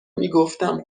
میگفتم